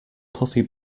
puffy